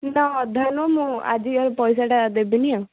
ନା ଅଧା ନୁହେଁ ମୁଁ ଆଜି ପଇସାଟା ଦେବିନି ଆଉ